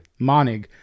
monig